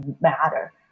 matter